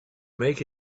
make